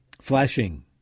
flashing